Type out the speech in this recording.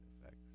effects